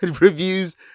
reviews